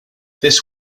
this